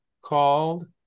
called